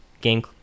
game